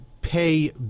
pay